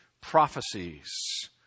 prophecies